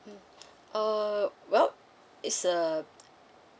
mm uh well it's uh